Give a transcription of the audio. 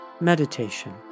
Meditation